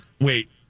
Wait